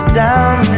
down